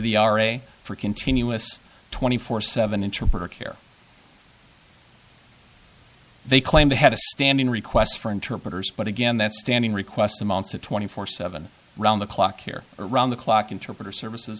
the ira for continuous twenty four seven interpreter care they claim to have a standing request for interpreters but again that standing request amounts to twenty four seven round the clock care around the clock interpreter services